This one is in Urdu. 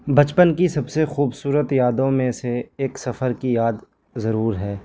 بچپن کی سب سے خوبصورت یادوں میں سے ایک سفر کی یاد ضرور ہے